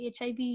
hiv